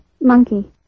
Monkey